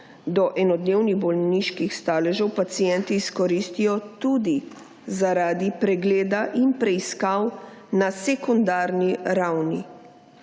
enodnevnih bolniških staležev pacienti izkoristijo tudi zaradi pregleda in preiskav na sekundarni ravni.